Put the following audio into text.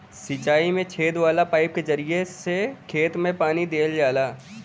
सिंचाई में छेद वाला पाईप के जरिया से खेत में पानी देहल जाला